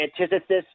antithesis